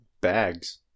Bags